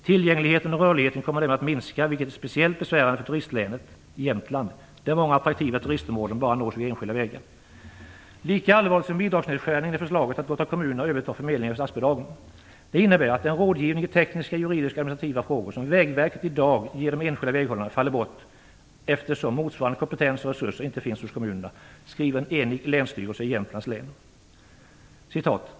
"Tillgängligheten och rörligheten kommer därmed att minska vilket är speciellt besvärande för turistlänet Jämtland där många attraktiva turistområden bara nås via enskilda vägar." "Lika allvarligt som bidragsnedskärningen är förslaget att låta kommunerna överta förmedlingen av statsbidragen. Det innebär att den rådgivning i tekniska, juridiska och administrativa frågor som Vägverket idag ger de enskilda väghållarna faller bort eftersom motsvarande kompetens och resurser inte finns hos kommunerna." Detta skriver en enig länsstyrelse i Jämtlands län.